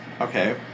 Okay